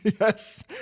Yes